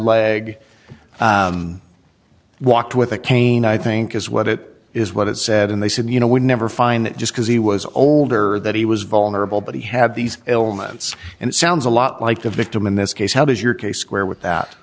why with a cane i think is what it is what it said and they said you know we'd never find it just because he was older that he was vulnerable but he had these elements and sounds a lot like a victim in this case how does your case square with that